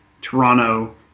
Toronto